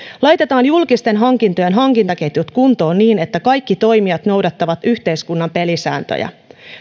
laitetaan julkisten hankintojen hankintaketjut kuntoon niin että kaikki toimijat noudattavat yhteiskunnan pelisääntöjä